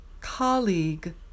colleague